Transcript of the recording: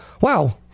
wow